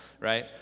right